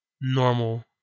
normal